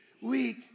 Weak